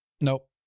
Nope